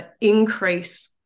increase